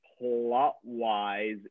plot-wise